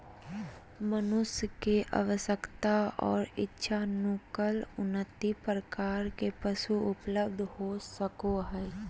मनुष्य के आवश्यकता और इच्छानुकूल उन्नत प्रकार के पशु उपलब्ध हो सको हइ